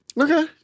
Okay